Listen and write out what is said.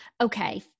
Okay